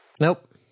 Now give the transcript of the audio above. Nope